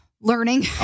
learning